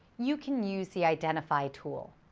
you can use the identify tool.